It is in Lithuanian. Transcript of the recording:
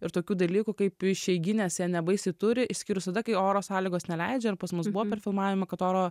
ir tokių dalykų kaip išeiginės jie nebaisiai turi išskyrus tada kai oro sąlygos neleidžiair pas mus buvo per filmavimą kad oro